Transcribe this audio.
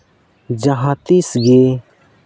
ᱡᱟᱦᱟᱸ ᱛᱤᱥ ᱜᱮ